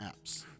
apps